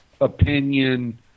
opinion